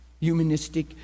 humanistic